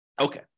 Okay